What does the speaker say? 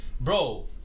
bro